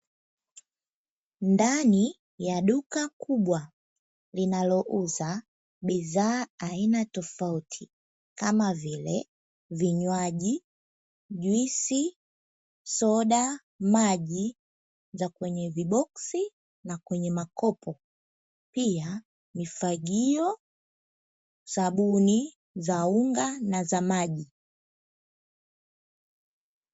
Ndani ya duka kubwa linaliuza bidhaa aina tofauti kama vile; Vinywaji, juisi, soda, maji ya kwenye viboksi na kwenye makopo, pia mifagio, sabuni za unga na za maji.